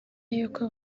y’uko